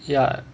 ya